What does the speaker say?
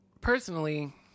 personally